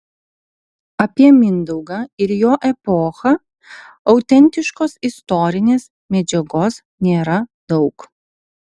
apie mindaugą ir jo epochą autentiškos istorinės medžiagos nėra daug